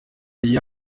iyo